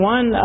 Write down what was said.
One